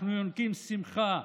אנחנו יונקים שמחה,